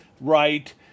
right